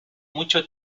mucho